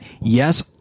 yes